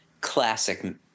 classic